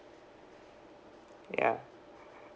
ya